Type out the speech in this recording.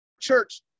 church